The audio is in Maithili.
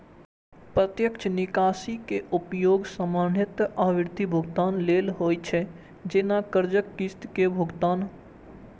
प्रत्यक्ष निकासी के उपयोग सामान्यतः आवर्ती भुगतान लेल होइ छै, जैना कर्जक किस्त के भुगतान